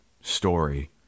story